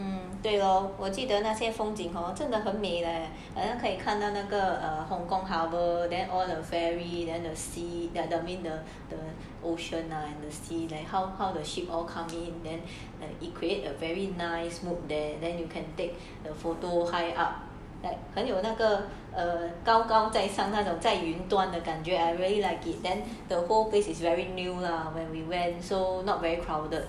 对咯我记得那些风景 hor 真的很美 leh 真的可以看到那个 err hong-kong harbour then all the ferry then the sea there their the the the ocean lah and the sea like how how the ship all come in then and equate a very nice mood there then you can take the photo high up like 很有那个 or 高高在上那种在云端的感觉 I really like it then the whole place is very new lah when we went so not very crowded